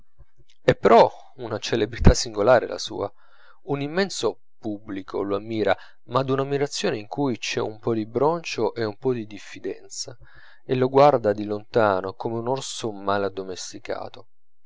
è però una celebrità singolare la sua un immenso pubblico lo ammira ma d'un'ammirazione in cui c'è un po di broncio e un po di diffidenza e lo guarda di lontano come un orso male addomesticato